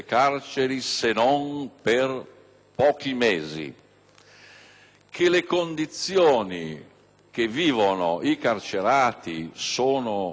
pochi mesi, che le condizioni dei carcerati sono pessime,